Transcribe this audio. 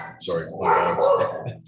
sorry